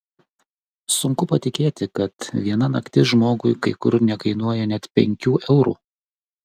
sunku patikėti kad viena naktis žmogui kai kur nekainuoja net penkių eurų